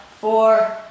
four